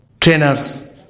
trainers